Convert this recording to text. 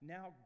Now